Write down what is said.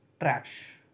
trash